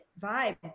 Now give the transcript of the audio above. vibe